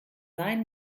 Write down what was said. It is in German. sein